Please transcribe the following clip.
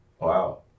Wow